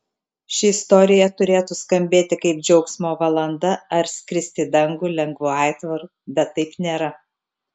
ši istorija turėtų skambėti kaip džiaugsmo valanda ar skristi į dangų lengvu aitvaru bet taip nėra